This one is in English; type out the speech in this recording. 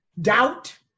Doubt